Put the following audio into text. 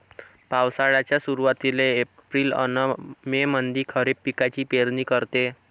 पावसाळ्याच्या सुरुवातीले एप्रिल अन मे मंधी खरीप पिकाची पेरनी करते